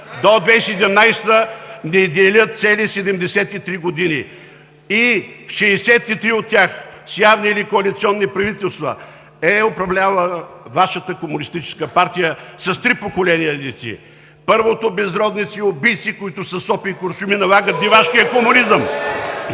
до 2017 г. ни делят цели 73 години и 63 от тях с явни или коалиционни правителства е управлявала Вашата комунистическа партия с три поколения дейци. Първото – безродници и убийци, които със сопи и куршуми налагат дивашкия комунизъм.